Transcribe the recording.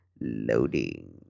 Loading